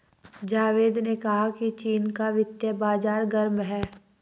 जावेद ने कहा कि चीन का वित्तीय बाजार गर्म है